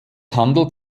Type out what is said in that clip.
handelt